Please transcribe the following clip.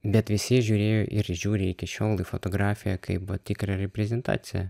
bet visi žiūrėjo ir žiūri į iki šiol į fotografiją kaip va tikrą reprezentaciją